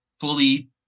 fully